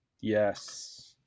Yes